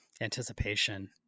anticipation